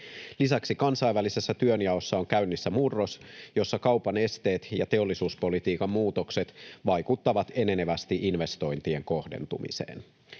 Lisäksi kansainvälisessä työnjaossa on käynnissä murros, jossa kaupan esteet ja teollisuuspolitiikan muutokset vaikuttavat enenevästi investointien kohdentumiseen.